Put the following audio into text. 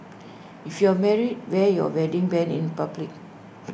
if you're married wear your wedding Band in public